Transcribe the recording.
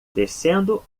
descendo